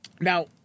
Now